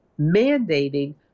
mandating